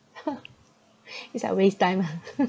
is like waste time ah